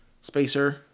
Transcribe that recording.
spacer